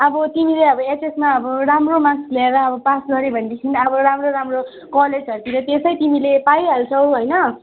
अब तिमीले अब एचएसमा अब राम्रो मार्क्स ल्याएर अब पास गर्यो भनेदेखि अब राम्रो राम्रो कलेजहरूतिर त्यसै तिमीले पाइहाल्छौ होइन